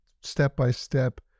step-by-step